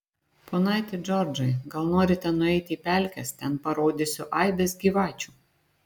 ponaiti džordžai gal norite nueiti į pelkes ten parodysiu aibes gyvačių